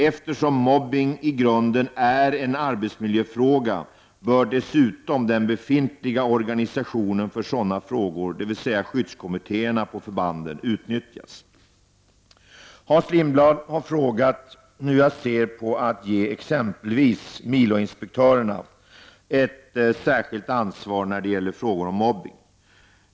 Eftersom mobbning i grunden är en arbetsmiljöfråga bör dessutom den befintliga organisationen för sådana frågor, dvs. skyddskommittéerna på förbanden, utnyttjas. Hans Lindblad har frågat hur jag ser på att ge exempelvis miloinspektörerna ett särskilt ansvar när det gäller frågor om mobbning.